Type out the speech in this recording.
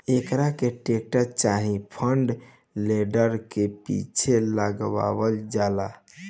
एकरा के टेक्टर चाहे फ्रंट लोडर के पीछे लगावल जाला